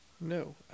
No